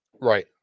Right